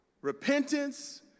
repentance